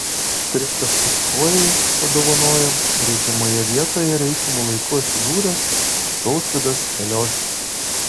tris taškus kruojai padovanojo reikiamoje vietoje reikiamu laiku atsidūręs tautvydas eliošius